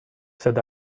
said